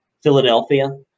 Philadelphia